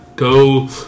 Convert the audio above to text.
Go